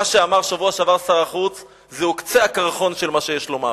מה שאמר בשבוע שעבר שר החוץ זהו קצה הקרחון שיש לומר.